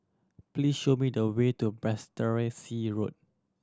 please show me the way to Road